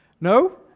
no